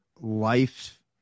life